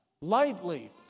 lightly